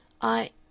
I